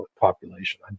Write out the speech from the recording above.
population